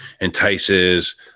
entices